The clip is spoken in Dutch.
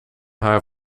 haar